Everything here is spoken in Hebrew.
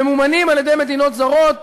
שממומנים על-ידי מדינות זרות,